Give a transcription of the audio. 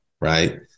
Right